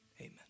amen